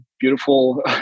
beautiful